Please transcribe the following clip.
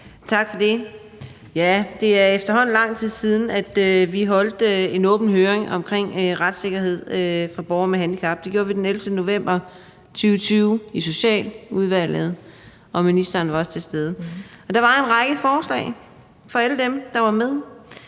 Tak for det. Det er efterhånden lang tid, siden vi holdt en åben høring omkring retssikkerhed for borgere med handicap. Det gjorde vi den 11. november 2020 i Socialudvalget, og ministeren var også til stede. Der var en række forslag fra alle dem, der var med.